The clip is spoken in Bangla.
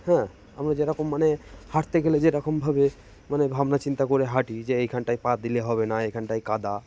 হ্যাঁ আমরা যে রকম মানে হাঁটতে গেলে যে রকমভাবে মানে ভাবনাচিন্তা করে হাঁটি যে এইখানটায় পা দিলে হবে না এখানটায় কাদা